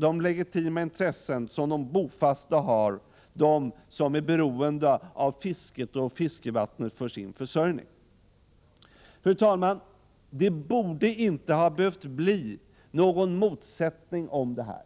de legitima intressen som de bofasta har, de som är beroende av fisket och fiskevattnen för sin försörjning. Fru talman! Det borde inte ha behövt bli någon motsättning om det här.